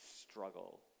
struggle